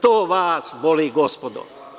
To vas boli gospodo.